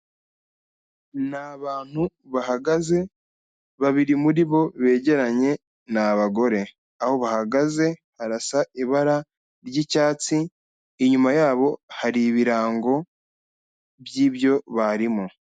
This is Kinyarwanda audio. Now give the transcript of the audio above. Ni abantu bahagaze, babiri muri bo begeranye ni abagore. Aho bahagaze harasa ibara ry'icyatsi, inyuma yabo hari ibirango by'ibyo barimo.